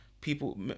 people